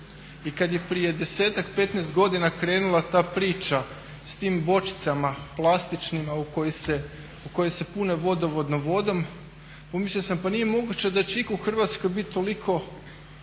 I kad je prije desetak, petnaest godina krenula ta priča s tim bočicama plastičnim a koje se pune vodovodnom vodom, pomislio sam pa nije moguće da će itko u Hrvatskoj biti toliko